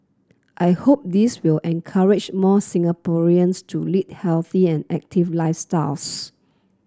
I hope this will encourage more Singaporeans to lead healthy and active lifestyles